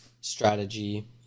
strategy